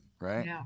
right